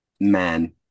man